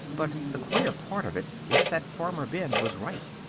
but the queer part of it is that farmer ben was right.